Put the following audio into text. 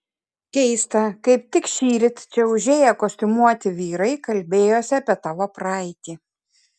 keista kaip tik šįryt čia užėję kostiumuoti vyrai kalbėjosi apie tavo praeitį